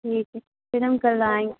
ठीक है फिर हम कल आएँ